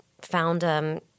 found –